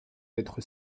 d’être